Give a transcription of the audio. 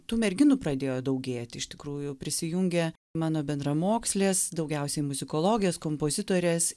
tų merginų pradėjo daugėti iš tikrųjų prisijungė mano bendramokslės daugiausiai muzikologės kompozitorės